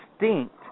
distinct